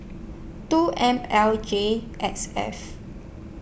two M L J X F